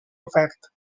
ofert